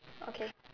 okay